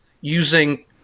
using